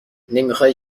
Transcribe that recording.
نمیخای